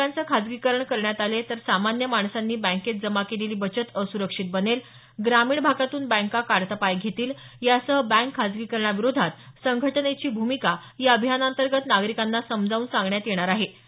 बँकांचे खासगीकरण करण्यात आले तर सामान्य माणसांनी बँकेत जमा केलेली बचत असुरक्षित बनेल ग्रामीण भागातून बँका काढता पाय घेतील यासह बँक खासगीकरणाविरोधात संघटनेची भूमिका या अभियानाअंतर्गत नागरिकांना समजावून सांगण्यात येणार आहे